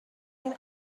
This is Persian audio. این